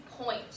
point